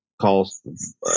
calls